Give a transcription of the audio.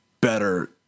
better